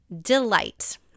Delight